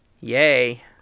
Yay